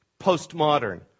Postmodern